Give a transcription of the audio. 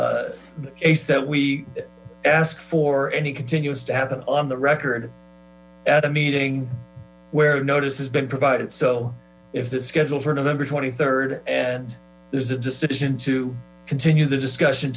that we ask for any continuance to happen on the record at a meeting where a notice has been provided so if that's scheduled for november twenty third and there is a decision to continue the discussion